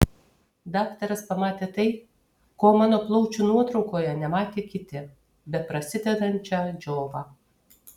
daktaras pamatė tai ko mano plaučių nuotraukoje nematė kiti beprasidedančią džiovą